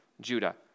Judah